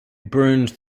burned